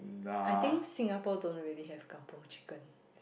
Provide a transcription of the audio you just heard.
I think Singapore don't really have kampung chicken